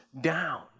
down